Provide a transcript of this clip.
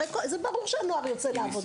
הרי זה ברור שהנוער יוצא לעבוד,